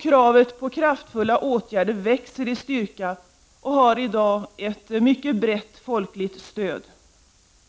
Kravet på kraftfulla åtgärder växer i styrka och har i dag ett mycket brett folkligt stöd.